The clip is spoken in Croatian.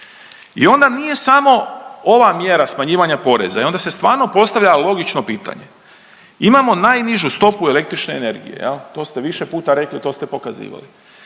I onda nije samo ova mjera smanjivanja poreza i onda se stvarno postavlja logično pitanje, imamo najnižu stopu električne energije to ste više puta rekli, to ste pokazivali,